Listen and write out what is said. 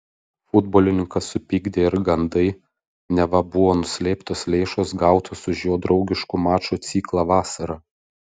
futbolininką supykdė ir gandai neva buvo nuslėptos lėšos gautos už jo draugiškų mačų ciklą vasarą